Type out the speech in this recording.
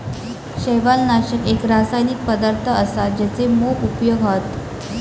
शैवालनाशक एक रासायनिक पदार्थ असा जेचे मोप उपयोग हत